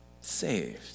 Saved